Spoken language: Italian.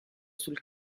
sul